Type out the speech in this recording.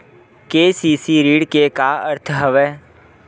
KCC ऋण के का अर्थ हवय?